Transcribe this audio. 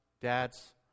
dads